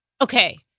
okay